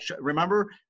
remember